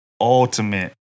ultimate